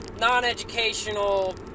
non-educational